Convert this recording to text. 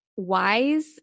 wise